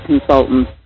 consultant